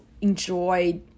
enjoy